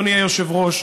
אדוני היושב-ראש,